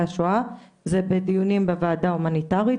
השואה זה בדיונים עם הוועדה ההומניטרית.